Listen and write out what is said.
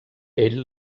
ell